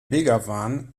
begawan